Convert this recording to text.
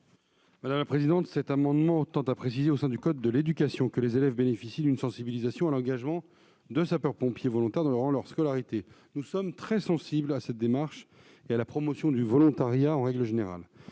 ? Le présent amendement tend à préciser, au sein du code de l'éducation, que les élèves bénéficient d'une sensibilisation à l'engagement de sapeur-pompier volontaire durant leur scolarité. Nous sommes très sensibles à cette démarche et à la promotion du volontariat en règle générale.